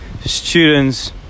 students